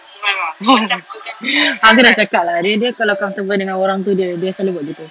aku dah cakap lah dia dia kalau comfortable dengan orang tu dia dia selalu buat gitu